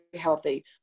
healthy